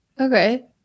Okay